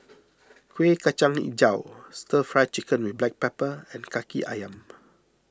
Kuih Kacang HiJau Stir Fry Chicken with Black Pepper and Kaki Ayam